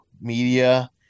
media